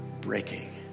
breaking